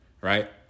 right